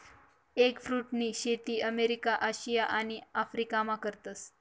एगफ्रुटनी शेती America, Asia आणि आफरीकामा करतस